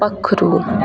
पक्खरू